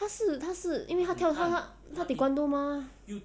他是他是因为他跳他 taekwondo mah